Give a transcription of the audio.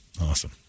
Awesome